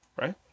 right